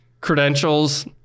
Credentials